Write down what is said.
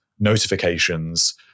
notifications